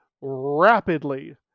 rapidly